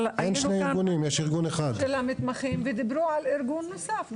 אבל היו כאן מארגון המתמחים ודיברו על ארגון נוסף,